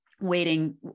waiting